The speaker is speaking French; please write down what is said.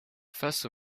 face